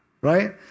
right